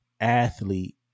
athlete